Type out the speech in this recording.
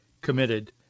committed